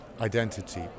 identity